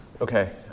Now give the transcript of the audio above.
Okay